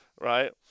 right